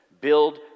build